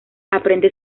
aprende